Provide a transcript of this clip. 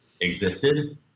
existed